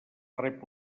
rep